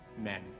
men